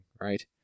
right